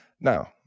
Now